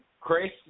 Chris